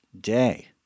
day